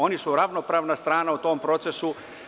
Oni su ravnopravna strana u tom procesu.